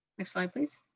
next slide, please.